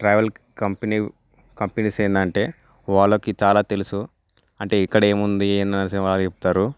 travel company companies ఏంటంటే వాళ్ళకి చాలా తెలుసు అంటే ఇక్కడ ఏముంది అని వాళ్ళు చెప్తారు